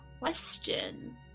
question